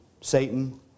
Satan